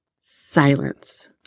silence